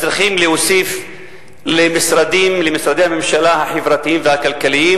צריכים להוסיף למשרדי הממשלה החברתיים והכלכליים